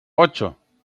ocho